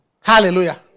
Hallelujah